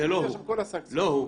זה לא הוא.